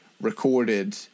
recorded